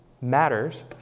matters